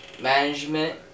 management